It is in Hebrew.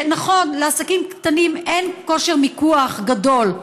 נכון, לעסקים קטנים אין כושר מיקוח גדול,